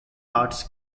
arts